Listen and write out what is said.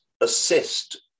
assist